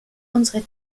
unsere